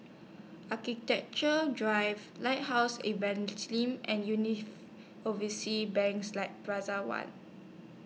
Architecture Drive Lighthouse Evangelism and Overseas Banks like Plaza one